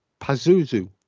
Pazuzu